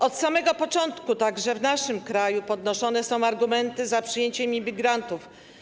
Od samego początku, także w naszym kraju, podnoszone są argumenty za przyjęciem imigrantów.